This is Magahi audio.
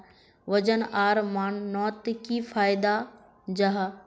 वजन आर मापनोत की फायदा जाहा?